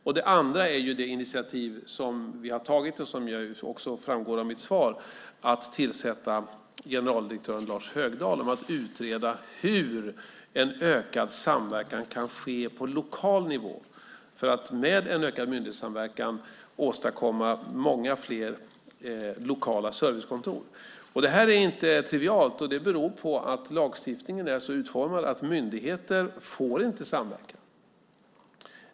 Vi har också, vilket framgår av mitt svar, tagit initiativet att tillsätta generaldirektör Lars Högdahl för att utreda hur en ökad samverkan kan ske på lokal nivå så att man med en ökad myndighetssamverkan kan åstadkomma många fler lokala servicekontor. Det här är inte trivialt, och det beror på att lagstiftningen är utformad så att myndigheter inte får samverka.